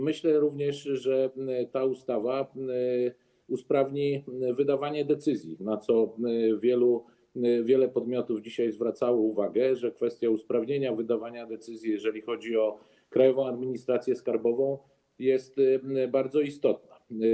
Myślę również, że ta ustawa usprawni wydawanie decyzji, na co wiele podmiotów dzisiaj zwracało uwagę, mówiąc, że kwestia usprawnienia wydawania decyzji, jeżeli chodzi o Krajową Administrację Skarbową, jest bardzo istotna.